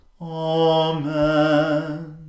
Amen